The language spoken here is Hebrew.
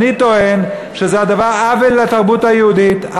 אני טוען שזה עוול לתרבות היהודית,